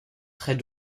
près